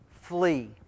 flee